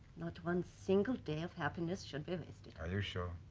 not one single day of happiness should be wasted are you sure